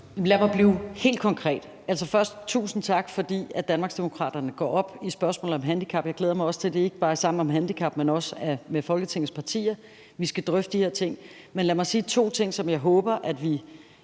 Lad mig blive helt konkret. Først tusind tak for, at Danmarksdemokraterne går op i spørgsmålet om handicap. Jeg glæder mig også til, at vi i forbindelse med Sammen om handicap skal drøfte de her ting med Folketingets partier. Men lad mig sige to ting, som jeg håber vi